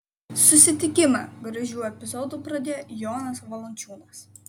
susitikimą gražiu epizodu pradėjo jonas valančiūnas